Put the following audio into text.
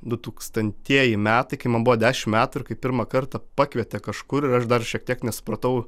du tūkstantieji metai kai man buvo dešim metų ir kai pirmą kartą pakvietė kažkur ir aš dar šiek tiek nesupratau